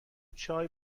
چای